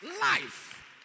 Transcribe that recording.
Life